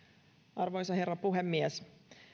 arvoisa herra puhemies